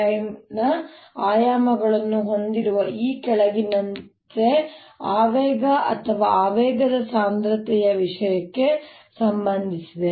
time ದ ಆಯಾಮಗಳನ್ನು ಹೊಂದಿರುವ ಈ ಕೆಳಗಿನಂತೆ ಆವೇಗ ಅಥವಾ ಆವೇಗ ಸಾಂದ್ರತೆಯ ವಿಷಯಕ್ಕೆ ಸಂಬಂಧಿಸಿದೆ